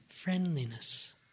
Friendliness